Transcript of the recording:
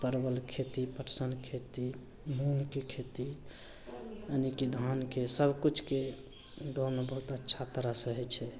परवल खेती पटसन खेती मूङ्गके खेती यानि कि धानके सबकिछुके गाममे बहुत अच्छा तरहसे होइ छै